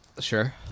Sure